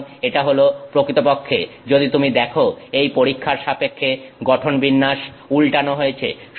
সুতরাং এটা হলো প্রকৃতপক্ষে যদি তুমি দেখো এই পরীক্ষার সাপেক্ষে গঠন বিন্যাস উল্টানো হয়েছে